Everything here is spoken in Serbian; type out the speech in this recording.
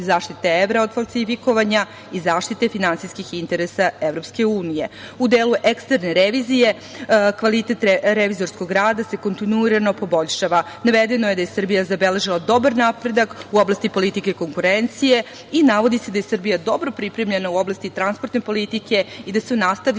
zaštite evra od falsifikovanja i zaštite finansijskih interesa Evropske Unije.U delu eksterne revizije kvalitet revizorskog rada se kontinuirano poboljšava. Navedeno je da je Srbija zabeležila dobar napredak u oblati politike konkurencije i navodi se da je Srbija dobro pripremljena u oblasti transportne politike i da su nastavljene